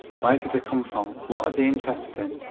where do they come from, what are they interested in?